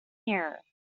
here